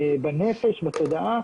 בנפש, בתודעה,